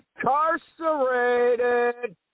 incarcerated